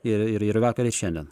ir ir vakarir šiandien